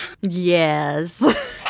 Yes